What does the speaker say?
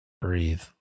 breathe